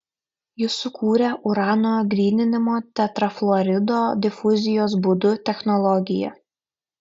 jis sukūrė urano gryninimo tetrafluorido difuzijos būdu technologiją